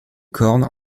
cornes